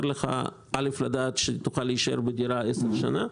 לך לדעת שתוכל להישאר בדירה עשר שנים,